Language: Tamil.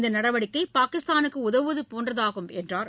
இந்த நடவடிக்கை பாகிஸ்தானுக்கு உதவுவது போன்றதாகும் என்றார்